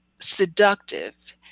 seductive